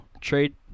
trade